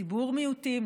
לציבור מיעוטים,